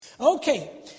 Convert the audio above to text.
Okay